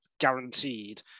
guaranteed